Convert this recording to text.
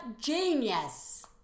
genius